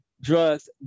drugs